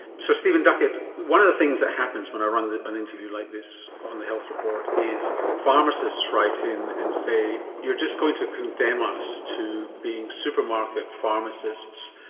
so, stephen duckett, one of the things that happens when i run an interview like this on the health report is pharmacists write in and say you're just going to condemn us to being supermarket pharmacists,